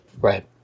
Right